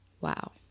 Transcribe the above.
Wow